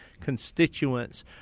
constituents